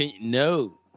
No